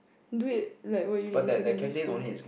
do it like when you in secondary school